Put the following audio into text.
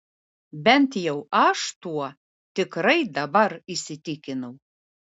bent jau aš tuo tikrai dabar įsitikinau